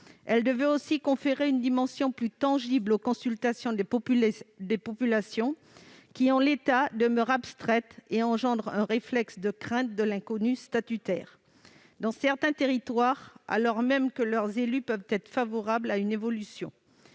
Elle devait aussi conférer une dimension plus tangible aux consultations des populations, qui, en l'état, demeurent abstraites et engendrent un réflexe de crainte de l'inconnu statutaire dans certains territoires, alors même que les élus peuvent être favorables à une évolution.